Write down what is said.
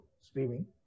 streaming